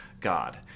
God